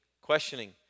questioning